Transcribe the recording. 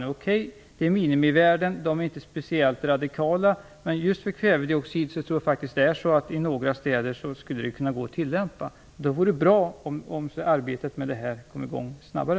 Det är visserligen minimivärden, de är inte speciellt radikala, men just för kvävedioxid tror jag faktiskt att de i några städer skulle gå att tillämpa. Det vore bra om arbetet med detta kom i gång snabbare.